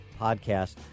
podcast